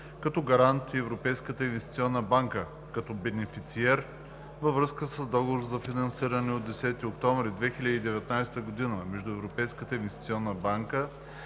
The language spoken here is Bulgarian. като Гарант, и Европейската инвестиционна банка, като Бенефициер, във връзка с Договор за финансиране от 10 октомври 2019 г. между Европейската инвестиционна банка